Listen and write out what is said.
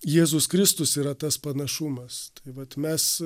jėzus kristus yra tas panašumas tai vat mes